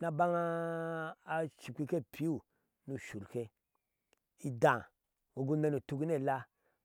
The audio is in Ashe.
ni abana ashikpa ke piu ni ushurke idaa inogu nɛnɛ utukni ela,